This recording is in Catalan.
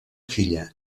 filla